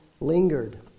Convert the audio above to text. lingered